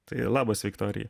tai labas viktorija